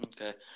Okay